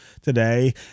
today